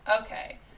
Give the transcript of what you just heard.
Okay